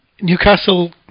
Newcastle